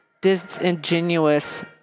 disingenuous